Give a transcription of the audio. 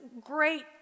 great